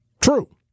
true